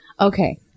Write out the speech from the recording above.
Okay